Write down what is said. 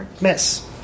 Miss